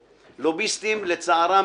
שיעשו תיקון 27,